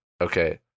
okay